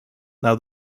now